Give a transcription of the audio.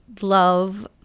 love